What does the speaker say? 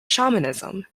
shamanism